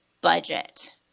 budget